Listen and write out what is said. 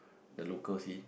the local scene